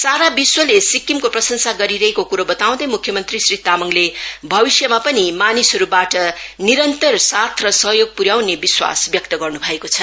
सारा विश्वले सिक्किमको प्रशंसा गरिरहेको कुरो बताउँदै मुख्यमंत्री श्री तामाङले भविष्यमा पनि मानिसहरूबाट निरन्तर साथ र सहयोग पाउने विश्वास व्यक्त गरेको छ